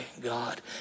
God